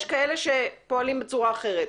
יש כאלה שפועלים בצורה אחרת,